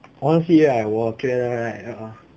honestly right 我觉得 right a'ah